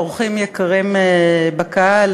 אורחים יקרים בקהל,